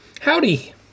Howdy